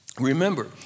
Remember